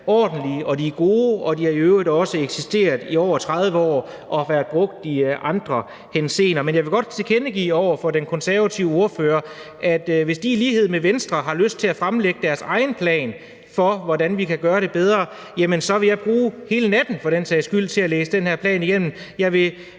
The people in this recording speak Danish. ordentlige og gode, og de har i øvrigt også eksisteret i over 30 år og har været brugt i andre henseender. Men jeg vil godt tilkendegive over for den konservative ordfører, at hvis de i lighed med Venstre har lyst til at fremlægge deres egen plan for, hvordan vi kan gøre det bedre, så vil jeg bruge hele natten for den sags skyld til at læse den her plan igennem, og jeg vil